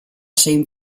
zein